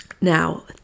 now